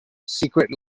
secret